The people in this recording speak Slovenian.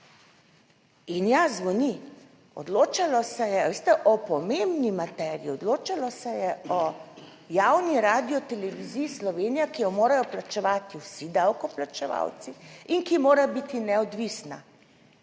In ja, zvoni. Odločalo se je, veste, o pomembni materiji, odločalo se je o javni Radioteleviziji Slovenija, ki jo morajo plačevati vsi davkoplačevalci in ki mora biti neodvisna